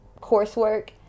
coursework